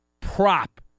prop